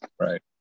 Right